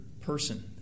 person